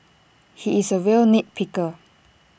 he is A real nit picker